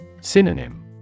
Synonym